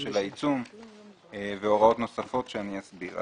של העיצום והוראות נוספות שאני אסביר.